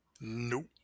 Nope